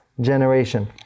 generation